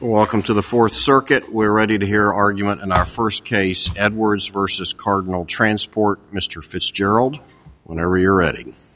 welcome to the th circuit we're ready to hear argument in our st case edwards versus cardinal transport mr fitzgerald whenever you're ready